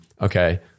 okay